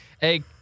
Hey